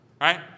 Right